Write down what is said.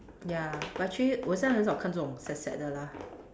ya but actually 我现在很少看这种 sad sad 的 lah